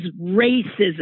racism